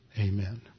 Amen